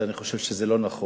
ואני חושב שזה לא נכון,